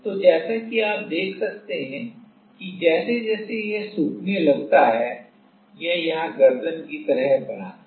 तो जैसा कि आप देख सकते हैं कि जैसे जैसे यह सूखने लगता है यह यहाँ गर्दन की तरह बनाता है